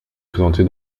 présenté